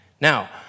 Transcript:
Now